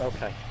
Okay